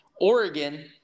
Oregon